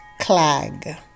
clag